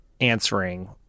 answering